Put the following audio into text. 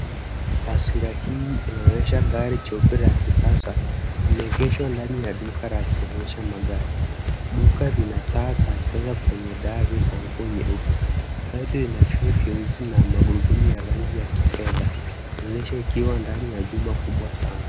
Taswira hii inaonyesha gari jeupe la kisasa imeegeshwa ndani ya duka la kuonyesha magari. Duka lina taa za kisasa kwenye dazi za nguo nyeupe. Gari lina vioo vyeusi na magurudumu ya rangi ya kifedha. Inaonekana ikiwa ndani ya chumba kubwa sana.